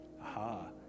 Aha